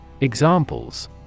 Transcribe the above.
Examples